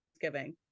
Thanksgiving